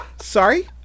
Sorry